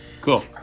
Cool